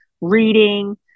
reading